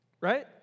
right